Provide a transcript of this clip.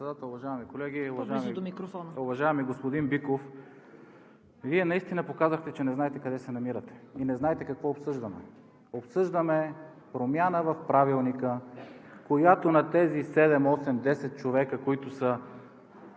Уважаеми господин Биков, Вие наистина показахте, че не знаете къде се намирате и не знаете какво обсъждаме. Обсъждаме промяна в Правилника, която на тези седем, осем, десет